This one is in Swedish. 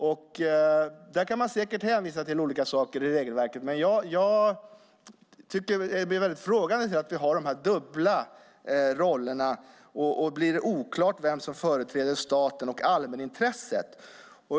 Man kan säkert hänvisa till olika delar i regelverket, men jag ställer mig frågande till dessa dubbla roller. Det blir oklart vem som företräder staten och allmänintresset.